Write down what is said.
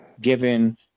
given